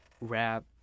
rap